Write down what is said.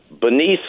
beneath